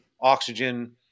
oxygen